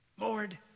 Lord